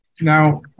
Now